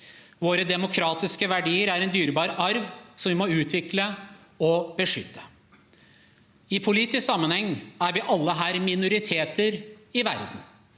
Våre demokratiske verdier er en dyrebar arv som vi må utvikle og beskytte. I politisk sammenheng er vi alle her minoriteter i verden.